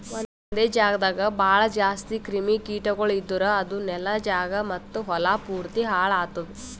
ಒಂದೆ ಜಾಗದಾಗ್ ಭಾಳ ಜಾಸ್ತಿ ಕ್ರಿಮಿ ಕೀಟಗೊಳ್ ಇದ್ದುರ್ ಅದು ನೆಲ, ಜಾಗ ಮತ್ತ ಹೊಲಾ ಪೂರ್ತಿ ಹಾಳ್ ಆತ್ತುದ್